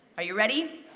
are you ready?